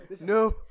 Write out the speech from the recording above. no